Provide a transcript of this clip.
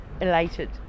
elated